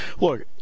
Look